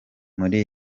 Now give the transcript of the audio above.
muri